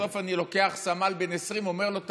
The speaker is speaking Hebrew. בסוף אני לוקח סמל בן 20 ואומר לו,